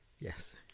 Yes